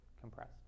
compressed